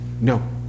No